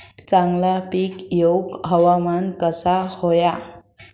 चांगला पीक येऊक हवामान कसा होया?